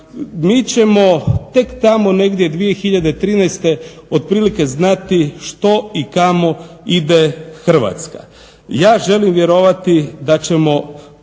Mi ćemo tek tamo negdje 2013. otprilike znati što i kamo ide Hrvatska. Ja želim vjerovati da ćemo